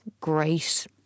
great